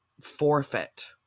forfeit